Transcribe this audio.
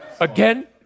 again